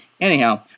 Anyhow